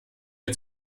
mir